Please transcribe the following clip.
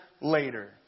later